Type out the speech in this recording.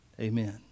amen